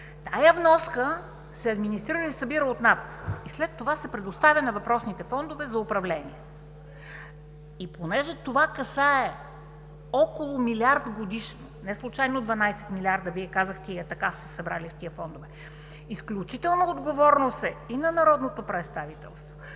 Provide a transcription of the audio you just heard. Тази вноска се администрира и събира от НАП и след това се предоставя на въпросните фондове за управление. Понеже това касае около милиард годишно, не случайно дванадесет милиарда, Вие казахте и така са се събрали в тези фондове, изключителна отговорност и на народното представителство,